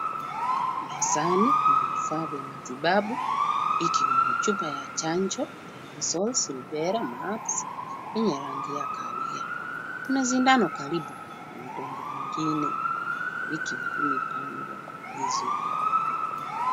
Mezani kuna vifaa vya matibabu ikiwemo chupa ya chanjo ikiwemo measles , rubela, mumps yenye rangi ya kahawia. Kuna sindano karibu na vidonge vingine vikiwa vimepangwa vizuri.